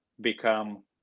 become